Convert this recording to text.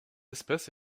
espèce